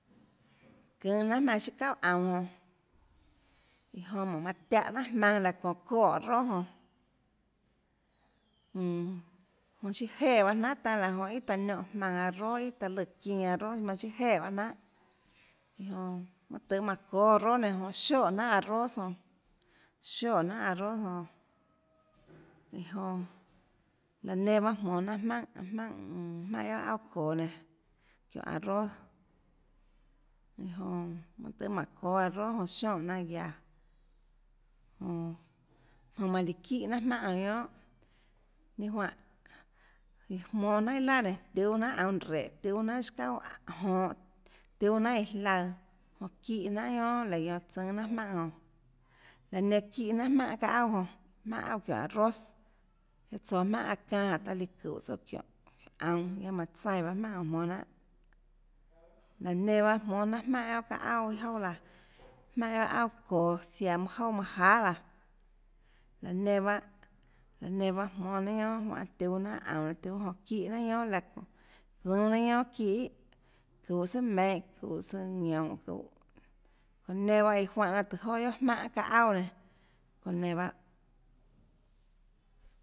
Çaønhå jnanàmaønã siâ çauà aunã jonã iã jonã manã tiáhã jnanà jmaønã laå çounã çoèarroz jonã mmm jonã siâ jeè jnanà tanâ raã jonã íà taã niónhã jmaønãarroz íàtaã lùã çinã arroz manã siâ jeè bahâ jnanhà iã jonã tùhê manã çóâ arroz nenã jonã sioè jnanhàarroz jonã sioè jnanhàarroz jonã iã jonã laã nenã bahâ jmonå jnanà jmaùnhà jmaùnhà mmm jmaùnhàguiohà auà çoå nenã çiónhå arroz iã jonã mønâ tøhê jmánhå çóâ arroz jonã sionè jnanà guiaå jonã jonãmanã líã çínhà jnanà jmaùnhà jonã guiónà ninâ juáhãiã jmónâ jnanhà iâ laà nénå tiúâ jnanàaunå réhå tiúâ jnanhà siâ çauà jonhå tiúâ jnanhà iã jlaøãjonã çíhã jnanà guiónà laå guionã tsùnâ jnanhà jmaùnhàjonã laã nenã çíhã jnanhà jmaùnhà guiohà çaâ auà jonã jmaùnhà guiohà auàçióhå arroz guiaâ tsoå jmaùnhà aâ çanâ jonã jánhå taã líã çúhå tsouã çiónhå aunå guiaâ manã tsaíãjmaùnhà jonã jmónâ jnanhàlaå nenã bahâ jmónâ jnanhà jmaùnhà guiohà çaâ auàiâ jouà laã jmaùnhà guioà auà çoå ziaã iâ jouà manâ jahà laã laã nenã bahâ laã nenã bahâ jmónâ jnanhà guiónà juánhã tiúâ jnanhà aunå tiúâ jonã çíhã jnanhà guiónà laãçónhã zoúnâ jnanhà guionà çíhãn çuhå sùà meinhâ çuhå søã ñounhå çuhå çounã nenã bahâ lùã juánhã tùhå joà guiohàjmaùnhà guiohà çaâ aunà nenãçounã nenã bahâ